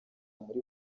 muri